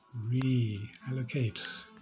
reallocate